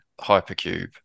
hypercube